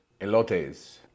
Elotes